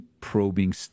probing